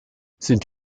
sind